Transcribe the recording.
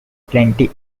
plenty